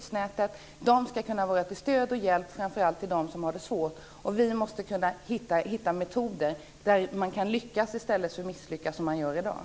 Socialtjänsten ska kunna vara till stöd och hjälp framför allt för dem som har det svårt. Vi måste kunna hitta metoder för att lyckas i stället för att som i dag misslyckas.